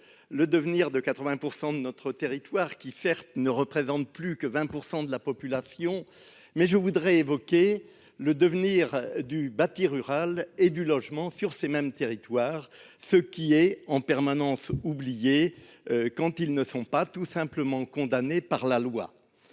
le devenir de 80 % de notre territoire, même s'il ne représente plus que 20 % de la population. Je souhaite aborder le bâti rural et le logement dans ces mêmes territoires, qui sont en permanence oubliés, quand ils ne sont pas tout simplement condamnés par la loi.